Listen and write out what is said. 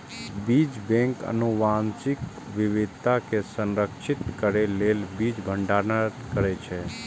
बीज बैंक आनुवंशिक विविधता कें संरक्षित करै लेल बीज भंडारण करै छै